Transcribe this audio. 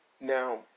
now